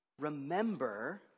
remember